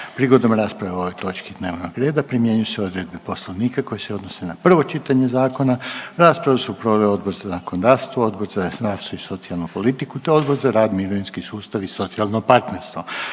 Prigodom rasprave o ovoj točki dnevnog reda primjenjuju se odredbe poslovnika koje se odnose na prvo čitanje zakona. Raspravu su proveli Odbor za zakonodavstvo, Odbor za zdravstvo i socijalnu politiku, te Odbor za rad, mirovinski sustav i socijalno partnerstvo.